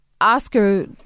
Oscar